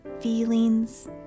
feelings